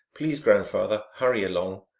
please, grandfather, hurry along,